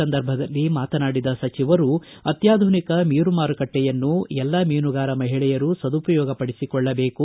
ಸಂದರ್ಭದಲ್ಲಿ ಮಾತನಾಡಿದ ಸಚಿವರು ಅತ್ಕಾಧುನಿಕ ಮೀನು ಮಾರುಕಟ್ಟೆಯನ್ನು ಎಲ್ಲಾ ಮೀನುಗಾರ ಮಹಿಳೆಯರು ಸದುಪಯೋಗ ಪಡಿಸಿಕೊಳ್ಳಬೇಕು